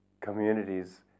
communities